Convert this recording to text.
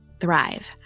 thrive